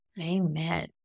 Amen